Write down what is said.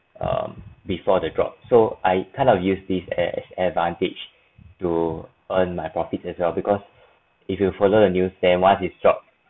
um before the drop so I kind of use this as advantage to earn my profit as well because if you follow the news then once is dropped